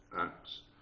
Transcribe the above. acts